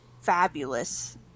fabulous